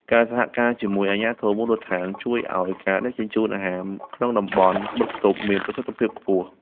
ការសហការជាមួយអាជ្ញាធរមូលដ្ឋានជួយឱ្យការដឹកជញ្ជូនអាហារក្នុងតំបន់បិទខ្ទប់មានប្រសិទ្ធភាពខ្ពស់។